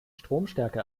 stromstärke